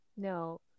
No